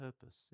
purpose